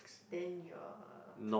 then your